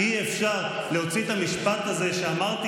אי-אפשר להוציא את המשפט הזה שאמרתי,